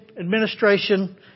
administration